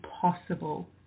possible